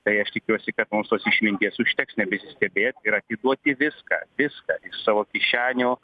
tai aš tikiuosi kad mums tos išminties užteks nebesistebėt ir atiduoti viską viską savo kišenių